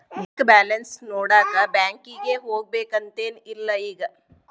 bank balance ನೋಡಾಕ ಬ್ಯಾಂಕಿಗೆ ಹೋಗ್ಬೇಕಂತೆನ್ ಇಲ್ಲ ಈಗ